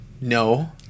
No